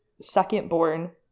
second-born